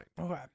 Okay